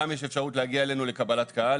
גם יש אפשרות להגיע אלינו לקבלת קהל,